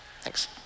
Thanks